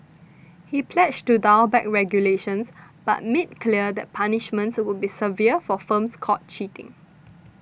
he pledged to dial back regulations but made clear that punishments would be severe for firms caught cheating